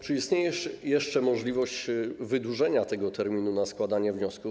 Czy istnieje jeszcze możliwość wydłużenia terminu składania wniosków?